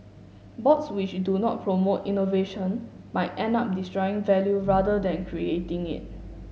boards which do not promote innovation might end up destroying value rather than creating it